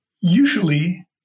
usually